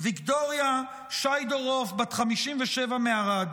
ויקטוריה שיידורוב, בת 57, מערד,